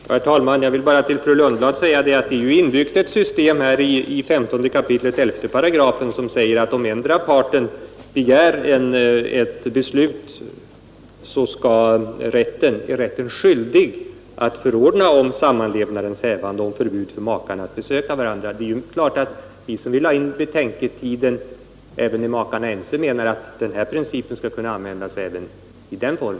Herr talman! Jag vill bara till fru Lundblad säga att det ju i 15 kap. 11 8 i förslaget om ändring i giftermålsbalken stadgas att om endera parten i mål om äktenskapsskillnad så begär skall rätten vara skyldig att förordna om sammanlevnadens hävande och om förbud för makarna att besöka varandra. Självfallet menar vi, som vill ha en betänketid även när makarna är ense, att denna regel skall tillämpas också för dessa fall.